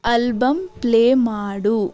album play ಮಾಡು